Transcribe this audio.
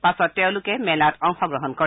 পাছত তেওঁলোকে মেলাত অংশগ্ৰহণ কৰে